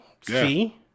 See